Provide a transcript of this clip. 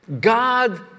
God